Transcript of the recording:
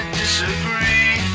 disagree